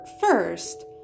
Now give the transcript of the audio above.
first